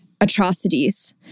atrocities